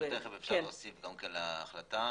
אפשר להוסיף להחלטה